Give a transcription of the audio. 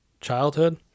childhood